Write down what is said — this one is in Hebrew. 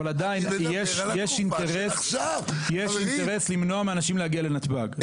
יש אינטרס למנוע מאנשים להגיע לנתב"ג,